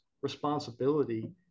responsibility